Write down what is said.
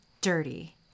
dirty